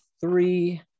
three